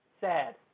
Sad